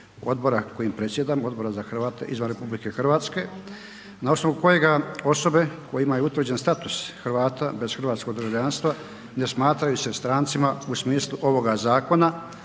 odbora kojim predsjedam Odbora za Hrvate izvan RH na osnovu kojega osobe koje imaju utvrđen status Hrvata bez hrvatskog državljanstva ne smatraju se strancima u smislu ovoga zakona